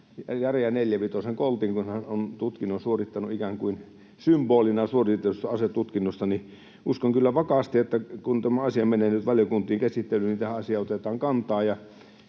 Coltin, kun hän on tutkinnon suorittanut, ikään kuin symbolina suoritetusta asetutkinnosta. Uskon kyllä vakaasti, että kun tämä asia menee nyt valiokuntiin käsittelyyn, niin tähän asiaan otetaan kantaa,